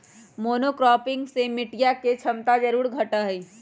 monocropping से मटिया के क्षमता जरूर घटा हई